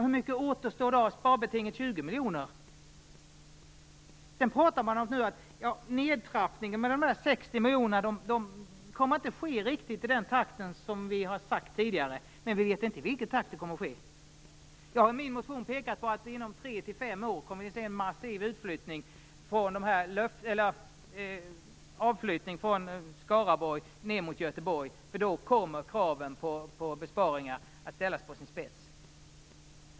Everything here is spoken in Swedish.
Hur mycket återstår då av sparbetinget på 20 miljoner? Sedan pratar man om att nedtrappningen med dessa 60 miljoner inte kommer att ske riktigt i den takt som man tidigare har sagt, men man vet inte i vilken takt den kommer att ske. Jag har i min motion pekat på att inom 3-5 år kommer vi att se en massiv avflyttning från Skaraborg ned mot Göteborg, eftersom kraven på besparingar då kommer att ställas på sin spets.